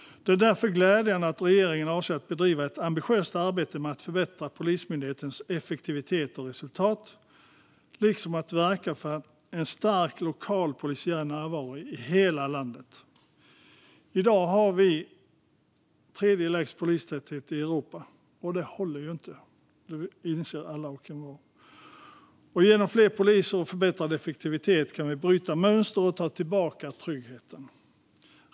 Det är därför glädjande att regeringen avser att bedriva ett ambitiöst arbete med att förbättra Polismyndighetens effektivitet och resultat liksom att verka för en stark lokal polisiär närvaro i hela landet. I dag har vi den tredje lägsta polistätheten i Europa. Det håller inte. Det inser alla och envar. Genom fler poliser och förbättrad effektivitet kan vi bryta mönster och ta tillbaka tryggheten.